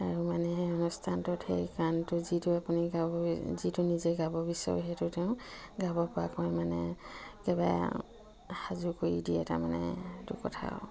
আৰু মানে সেই অনুষ্ঠানটোত সেই গানটো যিটো আপুনি গাব যিটো নিজে গাব বিচাৰোঁ সেইটো তেওঁ গাব পৰাকৈ মানে একেবাৰে সাজু কৰি দিয়ে তাৰমানে সেইটো কথা আৰু